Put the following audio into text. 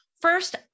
first